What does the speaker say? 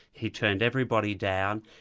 he turned everybody down,